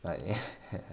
but ya